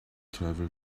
travel